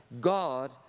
God